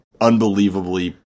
unbelievably